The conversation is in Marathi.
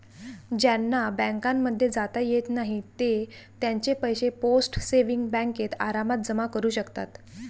ज्यांना बँकांमध्ये जाता येत नाही ते त्यांचे पैसे पोस्ट सेविंग्स बँकेत आरामात जमा करू शकतात